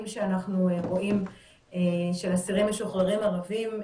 שאנחנו רואים של אסירים משוחררים ערבים.